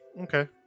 Okay